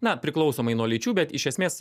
na priklausomai nuo lyčių bet iš esmės